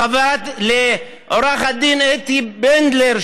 לעו"ד אתי בנדלר,